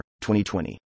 2020